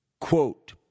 Quote